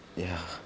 ya